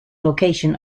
location